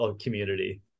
community